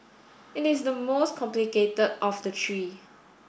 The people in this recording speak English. it is the most complicated of the three